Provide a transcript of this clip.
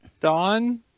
Don